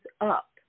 up